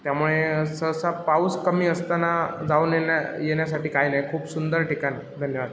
त्यामुळे सहसा पाऊस कमी असताना जाऊन येण्या येण्यासाठी काय नाही खूप सुंदर ठिकाण धन्यवाद